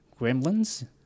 gremlins